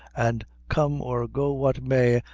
and come or go what may,